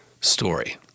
story